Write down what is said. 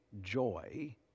joy